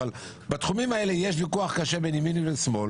אבל בתחומים האלה יש ויכוח קשה בין ימין לשמאל.